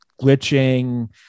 glitching